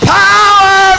power